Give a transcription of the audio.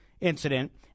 incident